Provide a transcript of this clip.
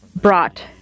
brought